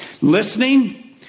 Listening